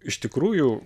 iš tikrųjų